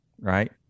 right